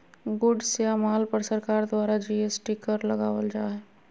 goods या माल पर सरकार द्वारा जी.एस.टी कर लगावल जा हय